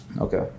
okay